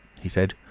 he said,